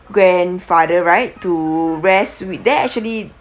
grandfather right to rest we then actually